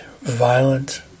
violent